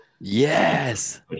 yes